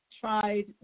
tried